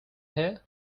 hear